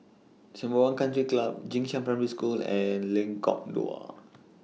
Sembawang Country Club Jing Shan Primary School and Lengkok Dua